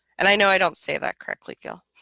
and i know i don't say that correctly gil